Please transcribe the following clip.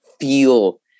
feel